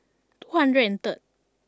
two hundred and third